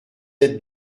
aides